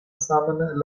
saman